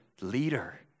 leader